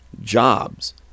Jobs